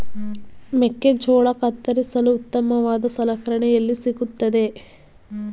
ಮೆಕ್ಕೆಜೋಳ ಕತ್ತರಿಸಲು ಉತ್ತಮವಾದ ಸಲಕರಣೆ ಎಲ್ಲಿ ಸಿಗುತ್ತದೆ?